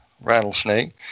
rattlesnake